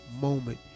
moment